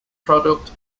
product